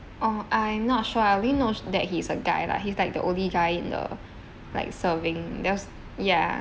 oh I'm not sure I only know that he's a guy lah he's like the only guy in the like serving there was ya